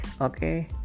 Okay